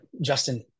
Justin